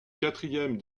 quatrième